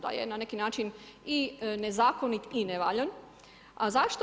Pa je na neki način i nezakonit i nevaljan, a zašto?